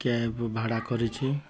cab ଭଡ଼ା କରିଛି